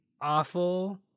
awful